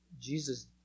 Jesus